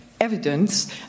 evidence